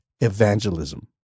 evangelism